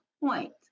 point